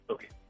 Okay